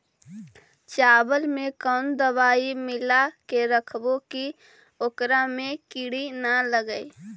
चावल में कोन दबाइ मिला के रखबै कि ओकरा में किड़ी ल लगे?